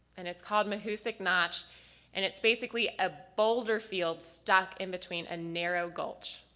and it's called mahoosuc notch and it's basically a boulder field stuck in between a narrow gulch.